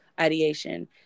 ideation